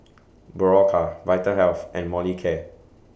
Berocca Vitahealth and Molicare